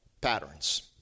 patterns